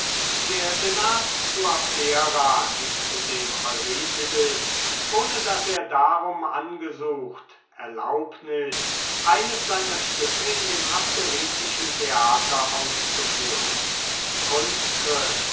der senat zu abdera gibt dem euripides ohne daß er darum angesucht hätte erlaubnis eines seiner stücke auf dem abderitischen theater aufzuführen